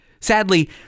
Sadly